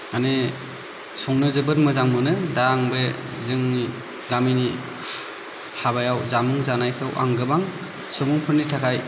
माने संनो जोबोर मोजां मोनो दा आं बे जोंनि गामिनि हाबायाव जामुं जानायखौ आं गोबां सुबुंफोरनि थाखाय